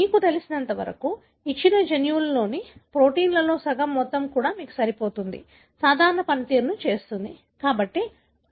మీకు తెలిసినంతవరకు ఇచ్చిన జన్యువులోని ప్రోటీన్లో సగం మొత్తం కూడా మీకు సరిపోతుంది సాధారణ పనితీరును చేస్తుంది